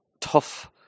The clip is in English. tough